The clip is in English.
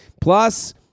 Plus